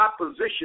opposition